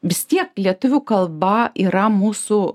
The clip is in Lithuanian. vis tiek lietuvių kalba yra mūsų